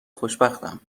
خوشبختم